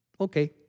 Okay